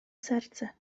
serce